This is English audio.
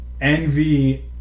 Envy